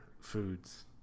foods